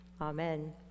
Amen